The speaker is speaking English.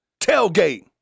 Tailgate